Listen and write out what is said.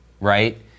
right